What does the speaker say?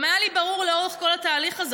גם היה לי ברור לאורך כל התהליך הזה,